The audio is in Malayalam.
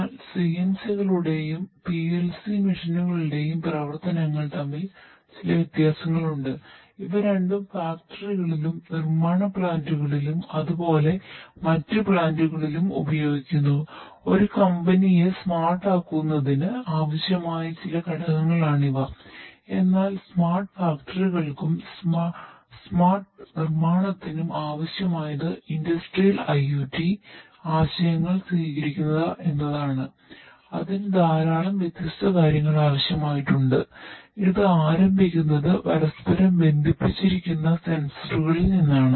എന്നാൽ CNC കളുടെയും PLC മെഷീനുകളുടെയുംനിന്നാണ്